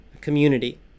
community